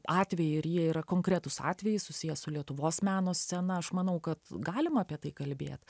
atvejai ir jie yra konkretūs atvejai susiję su lietuvos meno scena aš manau kad galim apie tai kalbėt